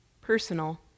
personal